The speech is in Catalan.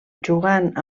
jugant